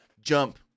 jump